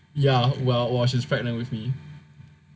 ya ya while she is pregnant with me